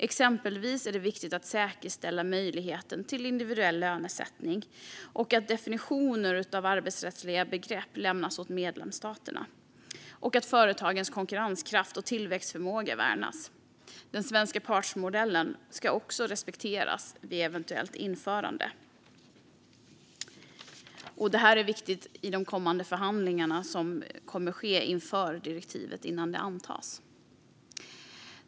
Exempelvis är det viktigt att säkerställa möjligheten till individuell lönesättning, att definitioner av arbetsrättsliga begrepp lämnas åt medlemsstaterna och att företagens konkurrenskraft och tillväxtförmåga värnas. Den svenska partsmodellen ska också respekteras vid ett eventuellt införande. Det här är viktigt i de förhandlingar som kommer att ske inför att direktivet ska antas.